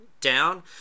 down